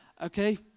okay